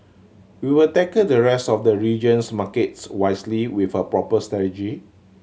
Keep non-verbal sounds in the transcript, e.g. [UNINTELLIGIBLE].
we will tackle the rest of the region's markets wisely with a proper [UNINTELLIGIBLE]